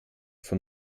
von